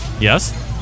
Yes